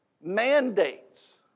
mandates